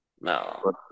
No